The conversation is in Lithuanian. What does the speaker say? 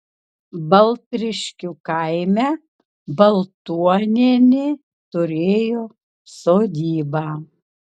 baltriškių kaime baltuonienė turėjo sodybą